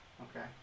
Okay